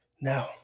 no